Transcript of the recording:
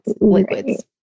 liquids